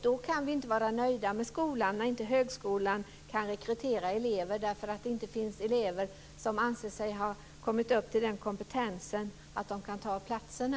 Då kan vi inte vara nöjda med skolan, om inte högskolan kan rekrytera elever för att det inte finns elever som anser att de har kommit upp till en sådan kompetens att de kan ta platserna.